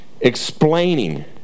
Explaining